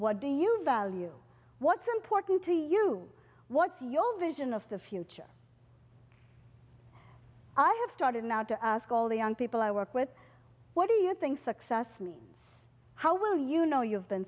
what do you value what's important to you what's your vision of the future i have started now to ask all the young people i work with what do you think success means how will you know you've been